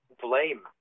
blame